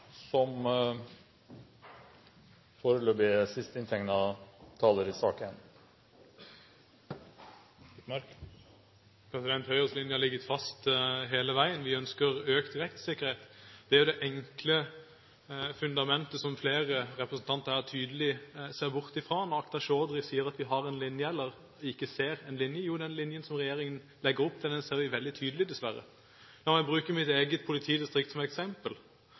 jo det enkle fundamentet som flere representanter her tydelig ser bort fra. Akhtar Chaudhry sier at vi ikke ser en linje. Jo, den linjen regjeringen legger opp til, ser vi veldig tydelig, dessverre. La meg bruke mitt eget politidistrikt som eksempel: